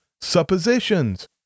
suppositions